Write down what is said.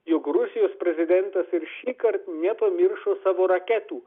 jog rusijos prezidentas ir šįkart nepamiršo savo raketų